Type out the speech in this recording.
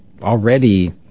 already